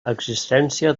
existència